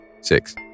Six